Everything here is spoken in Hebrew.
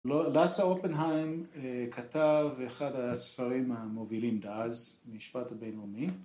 לאסה אופנהיים כתב אחד הספרים המובילים דאז, משפט הבינלאומי